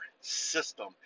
system